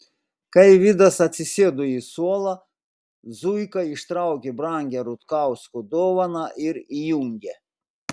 kai vidas atsisėdo į suolą zuika ištraukė brangią rutkausko dovaną ir įjungė